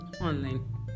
online